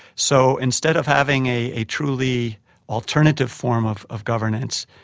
so instead of having a truly alternative form of of governance,